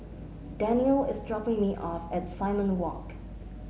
Danielle is dropping me off at Simon Walk